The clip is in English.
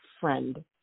Friend